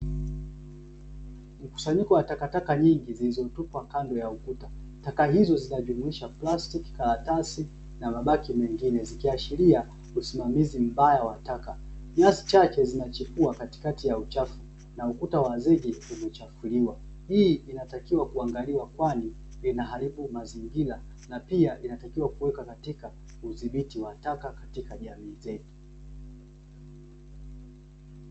Mkusanyiko wa takataka nyingi zilizotupwa kando ya ukuta taka hizo zinajumuisha plastiki, karatasi na mabaki mengine zikiashiria usimamizi mbaya wa taka. Nyasi chache zinachipua katikati ya uchafu na ukuta wa zege umechafuliwa, hii inatakiwa kuangaliwa kwani inaharibu mazingira na pia inatakiwa kuwekwa katika udhibiti wa taka katuka jamii zetu.